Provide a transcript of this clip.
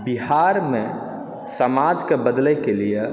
बिहारमे सामाजके बदलै कए लिए